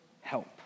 help